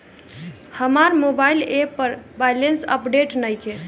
हमार mobile app पर balance update नइखे